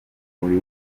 buri